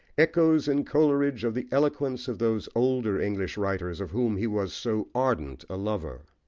echoes in coleridge of the eloquence of those older english writers of whom he was so ardent a lover.